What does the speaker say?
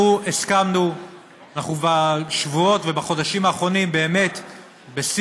קיימנו בשבועות ובחודשים האחרונים שיח